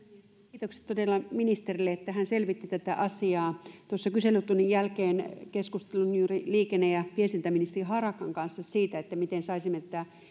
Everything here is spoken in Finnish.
kiitokset todella ministerille että hän selvitti tätä asiaa tuossa kyselytunnin jälkeen keskustelin juuri liikenne ja viestintäministeri harakan kanssa siitä miten saisimme tätä